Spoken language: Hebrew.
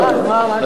מה התשובה?